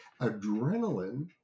Adrenaline